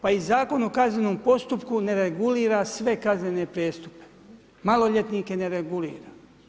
Pa i Zakon o kaznenom postupku ne regulira sve kaznene prijestupe, maloljetnike ne regulira.